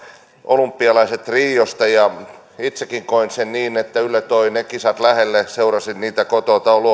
olympialaiset riosta ja itsekin koin sen niin että yle toi ne kisat lähelle seurasin niitä kotoota